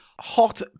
hot